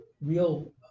real